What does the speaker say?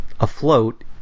afloat